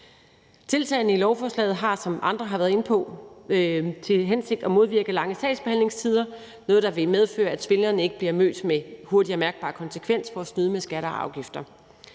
Tiltagene i lovforslaget har, som andre har været inde på, til hensigt at modvirke lange sagsbehandlingstider, som er noget, der medfører, at svindlerne ikke bliver mødt med hurtige og mærkbare konsekvenser for at snyde med skatter og afgifter.